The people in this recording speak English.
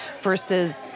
versus